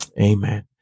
Amen